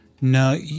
No